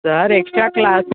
sir extra class